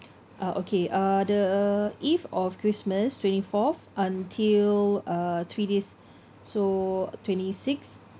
uh okay uh the eve of christmas twenty fourth until uh three days so twenty sixth